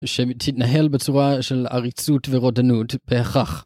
שמתנהל בצורה של עריצות ורודנות בהכרח.